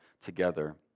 together